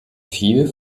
viel